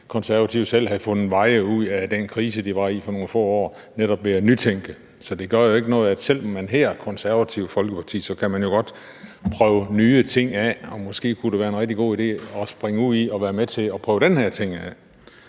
hvis ikke de selv havde fundet veje ud af den krise, de var i for nogle få år siden, netop ved at nytænke. Så det gør jo ikke noget, at man, selv om man hedder Det Konservative Folkeparti, godt kan prøve nye ting af, og måske kunne det være en rigtig god idé at springe ud i at være med til at prøve den her ting af.